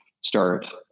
start